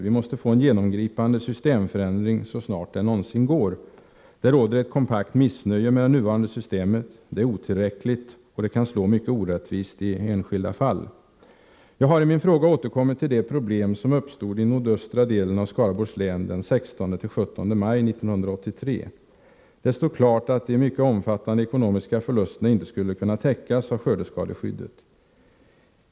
Vi måste få en genomgripande systemförändring så snart det någonsin går. Det råder ett kompakt missnöje med det nuvarande systemet. Det är otillräckligt, och det kan slå mycket orättvist i enskilda fall. Jag har i min fråga återkommit till de problem som uppstod i nordöstra delen av Skaraborgs län den 16-17 maj 1983. Det stod klart att de mycket omfattande ekonomiska förlusterna inte skulle täckas av skördeskadeskyddet.